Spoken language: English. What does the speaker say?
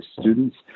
students